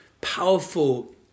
powerful